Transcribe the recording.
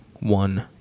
One